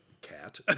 Cat